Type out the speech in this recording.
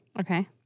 Okay